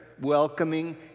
Welcoming